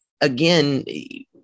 again